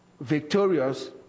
victorious